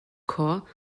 corps